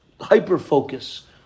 hyper-focus